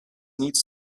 needs